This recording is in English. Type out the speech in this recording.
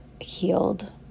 healed